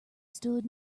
stood